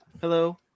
hello